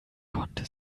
konnte